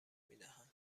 میدهند